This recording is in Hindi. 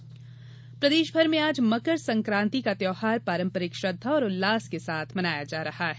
मकर संक्रांति प्रदेश भर में आज मकर सकांति का त्यौहार पारंपरिक श्रद्धा और उल्लास के साथ मनाया जा रहा है